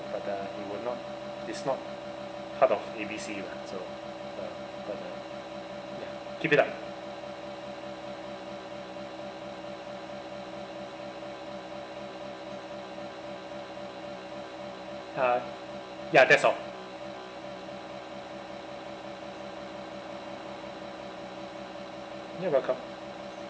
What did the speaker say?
but uh it will not it's not part of A B C lah so ya keep it up uh ya that's all you're welcome